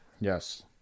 Yes